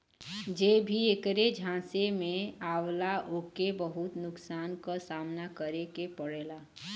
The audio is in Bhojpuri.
जे भी ऐकरे झांसे में आवला ओके बहुत नुकसान क सामना करे के पड़ेला